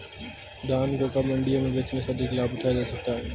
धान को कब मंडियों में बेचने से अधिक लाभ उठाया जा सकता है?